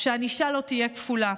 שהענישה לא תהיה כפולה.